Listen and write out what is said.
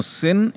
sin